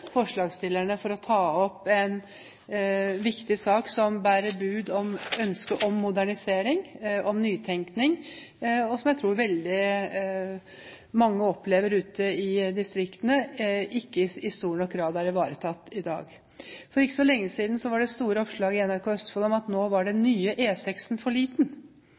forslagsstillerne for å ta opp en viktig sak som bærer bud om ønske om modernisering, om nytenkning, noe som jeg tror veldig mange ute i distriktene opplever at ikke i stor nok grad er ivaretatt i dag. For ikke så lenge siden var det store oppslag i NRK Østfold om at nå var den nye E6-en for liten.